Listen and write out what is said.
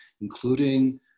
including